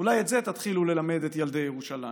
אולי את זה תתחילו ללמד את ילדי ירושלים,